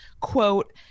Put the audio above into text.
quote